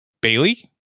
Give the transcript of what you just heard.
Bailey